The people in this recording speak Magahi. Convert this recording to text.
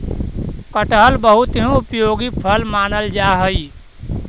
कटहल बहुत ही उपयोगी फल मानल जा हई